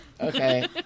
Okay